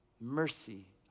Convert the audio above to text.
Mercy